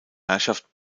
herrschaft